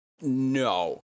No